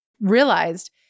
realized